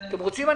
אתם רוצים?